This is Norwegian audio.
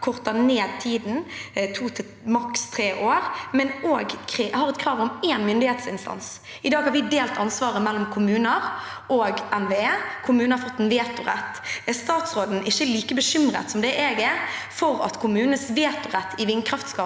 korter ned tiden til to til maks tre år, og også har et krav om én myndighetsinstans. I dag har vi delt ansvaret mellom kommuner og NVE. Kommunene har fått en vetorett. Er ikke statsråden like bekymret som jeg er, for at kommunenes vetorett i vindkraftsaker